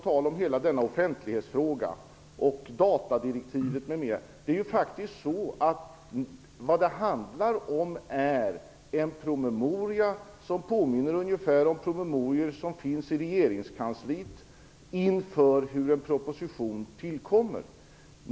Jag vill i offentlighetsfrågan och med tanke på datadirektivet m.m. säga att det handlar om en promemoria som påminner ungefär om promemorior i regeringskansliet inför tillkomsten av en proposition.